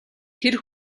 тэр